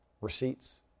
receipts